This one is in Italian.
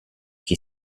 che